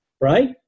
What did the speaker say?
right